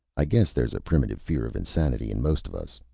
i guess there's a primitive fear of insanity in most of us.